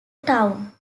town